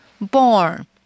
born